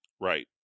Right